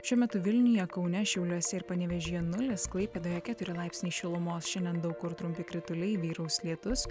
šiuo metu vilniuje kaune šiauliuose ir panevėžyje nulis klaipėdoje keturi laipsniai šilumos šiandien daug kur trumpi krituliai vyraus lietus